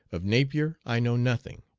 of napier i know nothing.